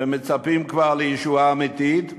ומצפים כבר לישועה אמיתית,